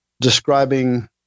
describing